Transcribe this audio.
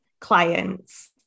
clients